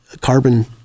carbon